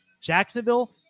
Jacksonville